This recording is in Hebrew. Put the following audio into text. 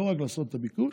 לא רק לעשות את הביקוש.